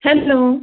hello